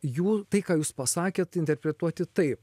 jų tai ką jūs pasakėt interpretuoti taip